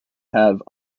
have